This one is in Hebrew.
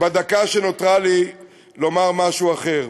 בדקה שנותרה לי, לומר משהו אחר.